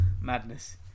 Madness